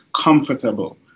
comfortable